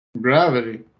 Gravity